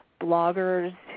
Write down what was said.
bloggers